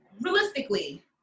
realistically